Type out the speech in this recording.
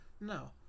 no